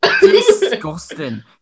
Disgusting